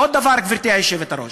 עוד דבר, גברתי היושבת-ראש.